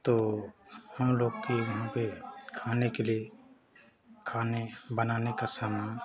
तो हमलोग के यहाँ पर खाने के लिए खाना बनाने का सामान